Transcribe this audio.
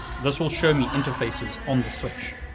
this will show me interfaces on the switch.